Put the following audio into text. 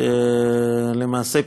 למעשה,